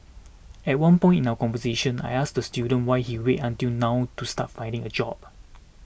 at one point in our conversation I asked the student why he waited until now to start finding a job